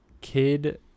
kid